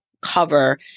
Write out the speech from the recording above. cover